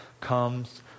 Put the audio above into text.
comes